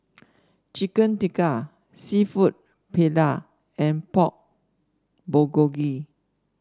Chicken Tikka seafood Paella and Pork Bulgogi